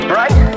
right